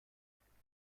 شناسیمون